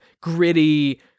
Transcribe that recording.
gritty